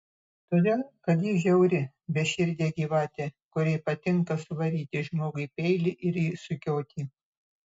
todėl kad ji žiauri beširdė gyvatė kuriai patinka suvaryti žmogui peilį ir jį sukioti